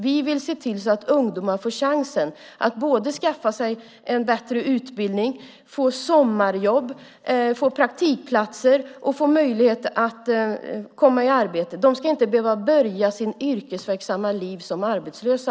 Vi vill se till att ungdomar får chansen att skaffa sig en bättre utbildning, får sommarjobb, får praktikplatser och möjlighet att komma i arbete. De ska inte behöva börja sitt yrkesliv som arbetslösa.